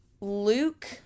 luke